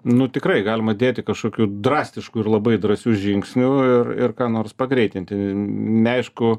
nu tikrai galima dėti kažkokių drastiškų ir labai drąsių žingsnių ir ir ką nors pagreitinti neaišku